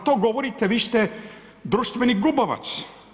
To govorite vi ste društveni gubavac.